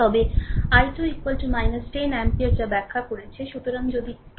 তবে I2 10 ampere যা ব্যাখ্যা করেছে